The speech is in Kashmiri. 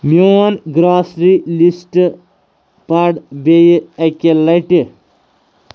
میون گروسری لِسٹ پَر بیٚیہِ اَکہِ لٹہِ